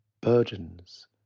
burdens